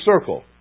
circle